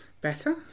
Better